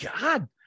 God